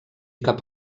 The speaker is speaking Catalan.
cap